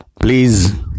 please